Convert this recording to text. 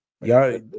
y'all